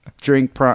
drink